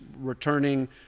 returning